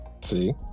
see